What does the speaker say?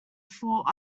fort